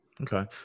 Okay